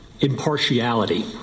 Impartiality